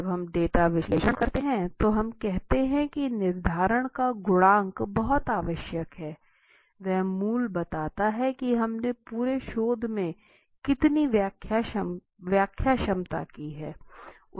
जब हम डेटा विश्लेषण करते हैं तो हम कहते हैं कि निर्धारण का गुणांक बहुत आवश्यक है वह मूल्य बताता है कि हमने पूरे शोध में कितनी व्याख्या क्षमता की है